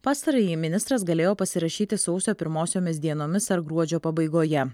pastarąjį ministras galėjo pasirašyti sausio pirmosiomis dienomis ar gruodžio pabaigoje